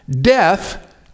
death